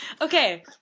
Okay